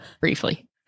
briefly